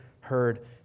heard